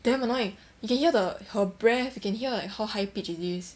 damn annoying you can hear the her breath you can hear like how high pitch it is